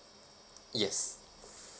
yes